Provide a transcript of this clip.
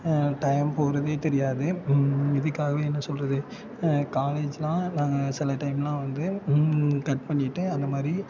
time போகிறதே தெரியாது இதுக்காகவே என்ன சொல்கிறது காலேஜ்லாம் நாங்கள் சில டைம்லாம் வந்து கட் பண்ணிட்டு அந்த மாதிரி